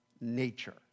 nature